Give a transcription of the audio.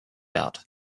out